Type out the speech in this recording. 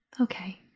Okay